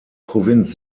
provinz